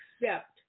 accept